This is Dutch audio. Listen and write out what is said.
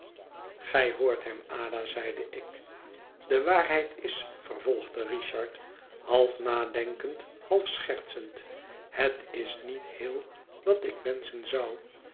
gij hoort hem ada zeide ik de waarheid is vervolgde richard half nadenkend half schertsend het is niet heel wat ik wenschen zou